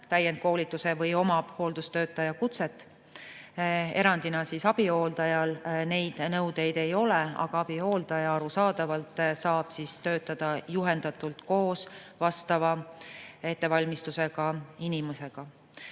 täiendkoolituse või kes omab hooldustöötaja kutset. Erandina abihooldajal neid nõudeid ei ole, aga abihooldaja, arusaadavalt, saab töötada koos vastava ettevalmistusega inimesega